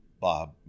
Bob